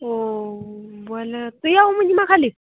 ଓ ବୋଇଲେ ତୁଇ ଆଉ ମୁଁ ଯିମା ଖାଲି